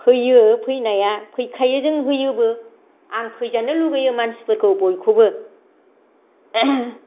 फैयो फैनाया फैखायो जों होयोबो आं फैजानो लुबैयो मानसिफोरखौ बयखौबो